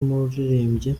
n’umuririmbyi